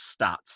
stats